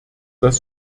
das